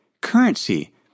currency